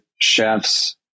chefs